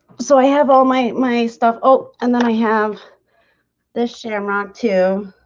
so i have all my my stuff oh and then i have this shamrock, too